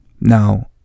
Now